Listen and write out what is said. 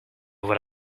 what